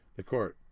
the court